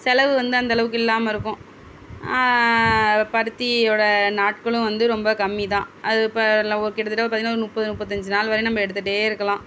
செலவு வந்து அந்த அளவுக்கு இல்லாமல் இருக்கும் பருத்தியோட நாட்களும் வந்து ரொம்ப கம்மி தான் அது இப்போ என்ன ஒரு கிட்டத்தட்ட ஒரு பதினோரு முப்பது முப்பத்தஞ்சி நாள் வரை நம்ம எடுத்துகிட்டே இருக்கலாம்